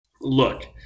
look